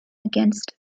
against